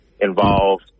involved